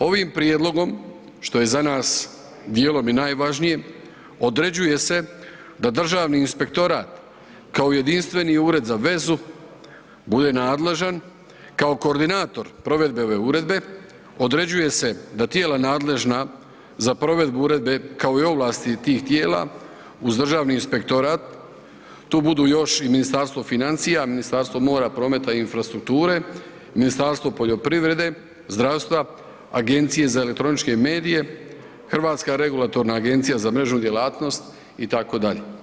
Ovim prijedlogom što je za nas dijelom i najvažnije određuje se da Državni inspektorat kao jedinstveni ured za vezu bude nadležan kao koordinator provedbe ove uredbe određuje se da tijela nadležna za provedbu uredbe kao i ovlasti tih tijela uz Državni inspektorat tu budu još i Ministarstvo financija, Ministarstvo mora, prometa i infrastrukture, Ministarstvo poljoprivrede, zdravstva, Agencije za elektroničke medije, Hrvatska regulatorna agencija za mrežnu djelatnost itd.